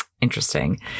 Interesting